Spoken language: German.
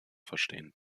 verstehen